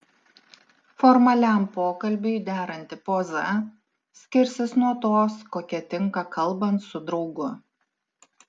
formaliam pokalbiui deranti poza skirsis nuo tos kokia tinka kalbant su draugu